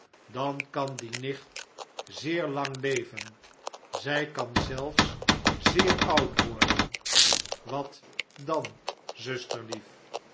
dan kan die nicht zeer lang leven zjj kan zelfs zeer oud worden wat dan